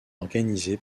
organisé